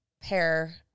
pair